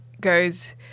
goes